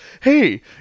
hey